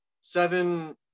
seven